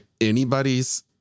anybody's